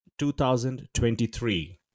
2023